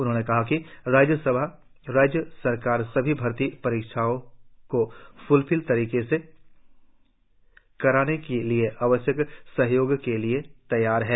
उन्होंने कहा कि राज्य सरकार सभी भर्ती परीक्षाओं को फ्लप्र्फ तरीके से कराने के लिए आवश्यक सहयोग के लिए तैयार है